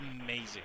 amazing